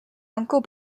uncle